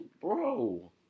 bro